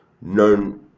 known